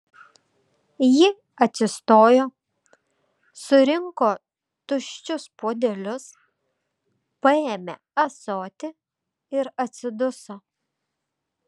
ji atsistojo surinko tuščius puodelius paėmė ąsotį ir atsiduso